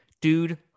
dude